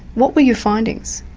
what were your findings?